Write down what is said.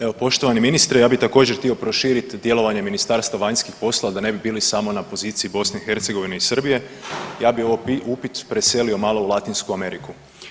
Evo poštovani ministre ja bi također htio proširiti djelovanje Ministarstva vanjskih poslova da ne bi bili samo na poziciji BiH i Srbije, ja bi ovo upit preselio malo u Latinsku Ameriku.